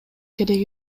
керек